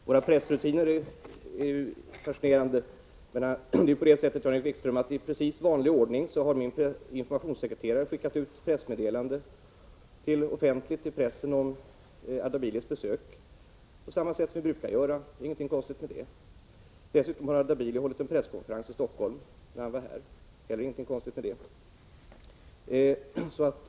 Herr talman! Jan-Erik Wikströms intresse för våra pressrutiner är fascinerande. Men det är på det sättet, Jan-Erik Wikström, att min informationssekreterare i precis vanlig ordning skickade ut ett pressmeddelande till offentlig press om Ardabilis besök, på samma sätt som vi alltid brukar göra. Så det är ingenting konstigt med det. Dessutom höll Ardabili en presskonferens i Stockholm när han var här. Det är ingenting konstigt med det heller.